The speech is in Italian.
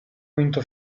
quinto